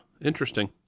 interesting